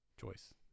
choice